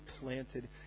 planted